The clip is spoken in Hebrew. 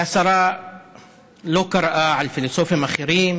שהשרה לא קראה על פילוסופים אחרים